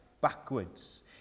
backwards